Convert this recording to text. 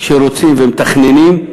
כשרוצים ומתכננים,